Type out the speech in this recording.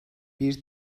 bir